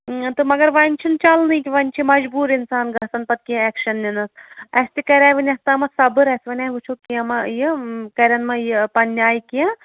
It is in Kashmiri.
تہٕ مگر وۄنۍ چھُنہٕ چلنٕے کیٚنٛہہ وۄنۍ چھِ مَجبوٗر اِنسان گژھان پَتہٕ کینٛہہ ایٚکشَن نِنَس اَسہِ تہِ کَریٛاے وُنٮُ۪کتام صبٕر اَسہِ وَنیٛاے وُچھو کیٚنٛہہ ما یہِ کَرن ما یہِ پَنٕنہِ آیہِ کیٚنٛہہ